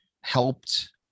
helped